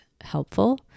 helpful